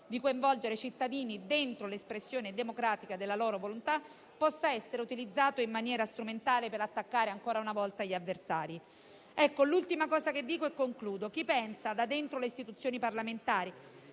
di coinvolgere i cittadini dentro l'espressione democratica della loro volontà, possa essere utilizzato in maniera strumentale per attaccare ancora una volta gli avversari. Concludo dicendo che chi pensa da dentro le istituzioni parlamentari